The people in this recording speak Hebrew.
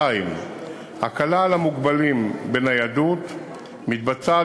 2. הקלה על המוגבלים בניידות מתבצעת